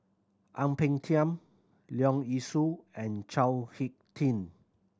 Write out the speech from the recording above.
Ang Peng Tiam Leong Yee Soo and Chao Hick Tin